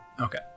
Okay